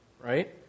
right